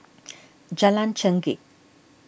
Jalan Chengkek